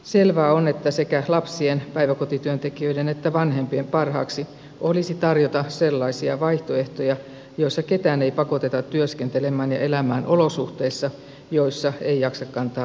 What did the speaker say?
selvää on että sekä lapsien päiväkotityöntekijöiden että vanhempien parhaaksi olisi tarjota sellaisia vaihtoehtoja joissa ketään ei pakoteta työskentelemään ja elämään olosuhteissa joissa ei jaksa kantaa arkea